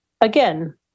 Again